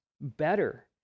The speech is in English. better